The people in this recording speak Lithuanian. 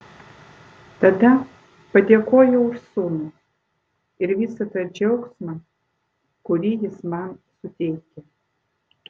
tada padėkojau už sūnų ir visą tą džiaugsmą kurį jis man suteikia